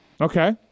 Okay